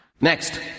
Next